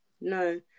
No